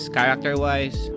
Character-wise